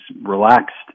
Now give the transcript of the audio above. relaxed